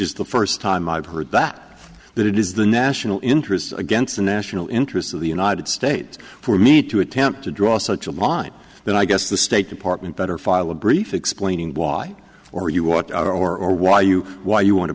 is the first time i've heard that that it is the national interest against the national interest of the united states for me to attempt to draw such a on that i guess the state department better file a brief explaining why or you want our or why you why you want to